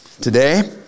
Today